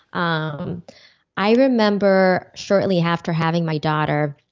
um i remember shortly after having my daughter,